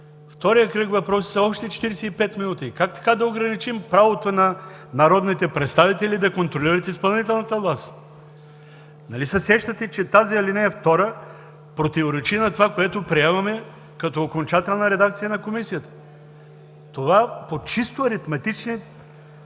Вторият кръг въпроси са още 45 минути. Тогава ограничаваме правото на народните представители да контролират изпълнителната власт. Нали се сещате, че ал. 2 противоречи на това, което приемаме като окончателна редакция на Комисията? Това по чисто аритметични